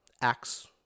acts